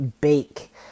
bake